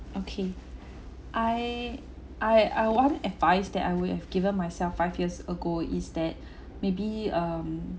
okay I I I one advice that I would have given myself five years ago is that maybe um